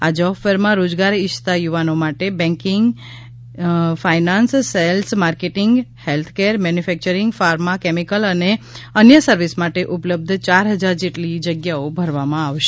આ જોબફેરમાં રોજગાર ઇચ્છઆતા યુવાનો માટે banking insurance finance sales marketing healthcare manufacturing pharma chemical અને અન્યક સર્વિસ માટે ઉપલબ્ધ ચાર હજાર જેટલી જગ્યાઓ ભરવામાં આવશે